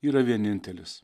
yra vienintelis